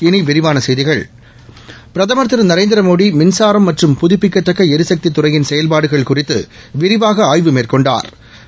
இனி விரிவான செய்திகள் பிரதமா் திரு நரேந்திரமோடி மின்சாரம் மற்றும் புதுப்பிக்கத்தக்க எரிசக்தி துறையின் செயல்பாடுகள் குறித்து விரிவாக ஆய்வு மேற்கொண்டாா்